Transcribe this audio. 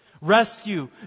Rescue